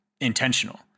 intentional